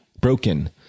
broken